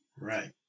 Right